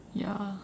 ya